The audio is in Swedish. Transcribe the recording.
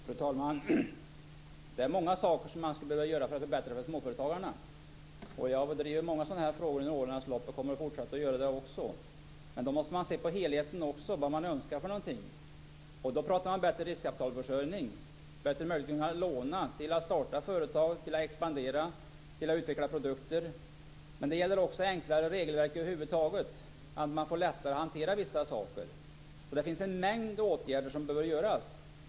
Fru talman! Det är många saker som man skulle behöva göra för att förbättra för småföretagarna. Jag har drivit många sådana här frågor under årens lopp och kommer att fortsätta att göra det. Men då måste man också se på helheten vad man önskar. Då talar man om bättre riskkapitalförsörjning och om bättre möjligheter att kunna låna för att starta företag, för att expandera och för att utveckla produkter. Men det gäller också enklare regelverk över huvud taget, att man får lättare att hantera vissa saker. Det finns alltså en mängd åtgärder som behöver vidtas.